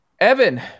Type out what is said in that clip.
Evan